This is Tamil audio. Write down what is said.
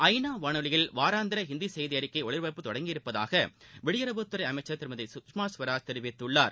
ஐ நா வானொலியில் வாராந்திரஹிந்திசெய்திஅறிக்கைஒலிபரப்பு தொடங்கியிருப்பதாகவெளியுறவு அமைச்சர் திருமதி சுஷ்மா ஸ்வராஜ் தெரிவித்துள்ளார்